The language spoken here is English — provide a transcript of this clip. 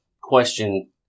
question